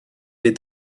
est